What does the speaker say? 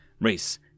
race